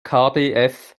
kdf